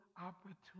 opportunity